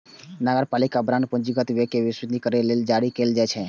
नगरपालिका बांड पूंजीगत व्यय कें वित्तपोषित करै लेल जारी कैल जाइ छै